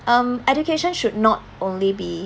um education should not only be